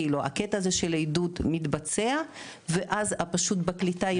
כאילו הקטע הזה של עידוד מתבצע ואז פשוט בקליטה יש